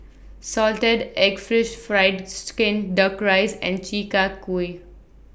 Salted Egg Fried Fish Skin Duck Rice and Chi Kak Kuih